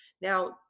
Now